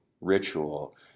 ritual